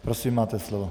Prosím, máte slovo.